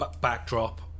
backdrop